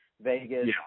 Vegas